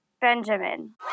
Benjamin